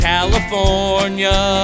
California